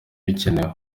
bikenewe